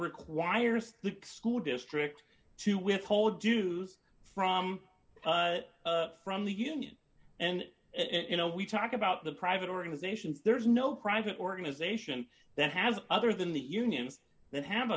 requires the school district to withhold dues from from the union and you know we talk about the private organizations there's no private organization that has other than the unions that have